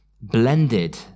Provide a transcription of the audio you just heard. Blended